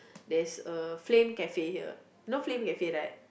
there's a Flame Cafe here you know Flame Cafe right